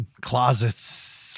closets